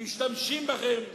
משתמשים בכם.